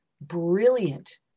brilliant